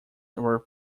were